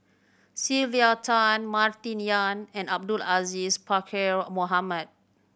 Sylvia Tan Martin Yan and Abdul Aziz Pakkeer Mohamed